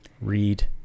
read